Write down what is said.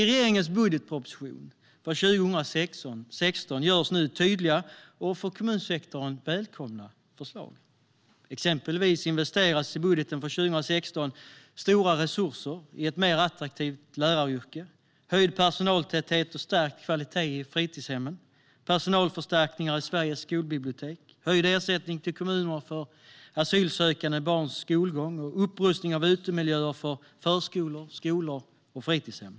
Regeringens budgetproposition för 2016 innehåller tydliga och för kommunsektorn välkomna förslag. Exempelvis investeras stora resurser i att göra läraryrket mer attraktivt, i höjd personaltäthet och stärkt kvalitet på fritidshemmen, i personalförstärkningar på Sveriges skolbibliotek, i höjd ersättning till kommuner för asylsökande barns skolgång och i upprustning av utemiljöer på förskolor, skolor och fritidshem.